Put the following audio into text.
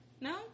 No